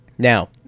Now